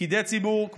פקידי ציבור,